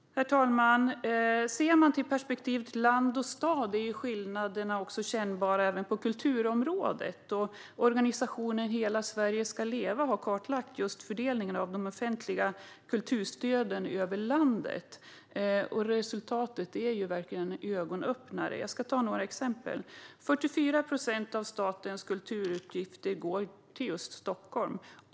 Herr talman! Sett från perspektivet land och stad är skillnaderna kännbara även på kulturområdet. Organisationen Hela Sverige ska leva har kartlagt fördelningen av de offentliga kulturstöden över landet, och resultatet är verkligen en ögonöppnare. Jag ska ta några exempel. 44 procent av statens kulturutgifter går till just Stockholm.